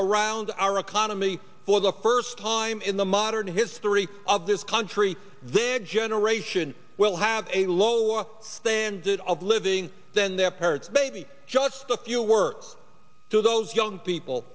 around our economy for the first time in the modern history of this country their generation will have a lower standard of living than their parents baby just a few words to those young people